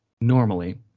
normally